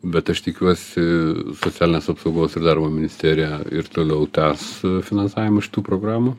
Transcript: bet aš tikiuosi socialinės apsaugos ir darbo ministerija ir toliau tęs finansavimą šitų programų